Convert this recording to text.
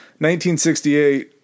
1968